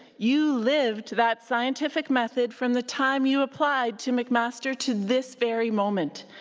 you lived that scientific method from the time you applied to mcmaster to this very moment.